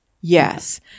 yes